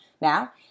Now